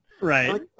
Right